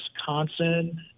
wisconsin